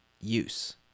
use